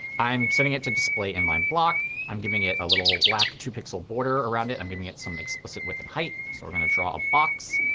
i'm setting it to display inline block, i'm giving it a little black two pixel border around it. i'm giving it some explicit width and height. so we're going to draw a box.